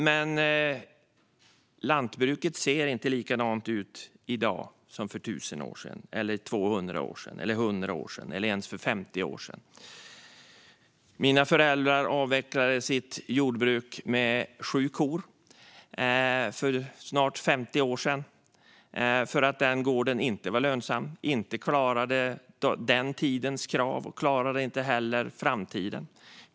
Men lantbruket ser inte likadant ut i dag som för 1 000 år sedan, 200 år sedan, 100 år sedan eller ens för 50 år sedan. Mina föräldrar avvecklade sitt jordbruk med sju kor för snart 50 år sedan för att den gården inte var lönsam. Den klarade inte den tidens krav och klarade inte heller framtidens krav.